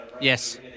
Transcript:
Yes